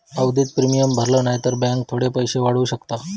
आवधिक प्रिमियम भरला न्हाई तर बॅन्क थोडे पैशे वाढवू शकता